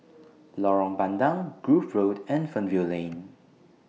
Lorong Bandang Grove Road and Fernvale Lane